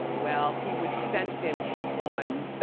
well, he was sentenced on